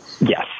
Yes